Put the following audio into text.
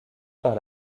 par